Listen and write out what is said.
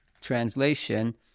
translation